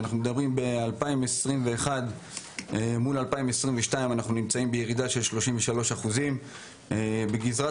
ב-2021 יש ירידה של 33% לעומת 2020. בגזרת